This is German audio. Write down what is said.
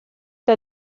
der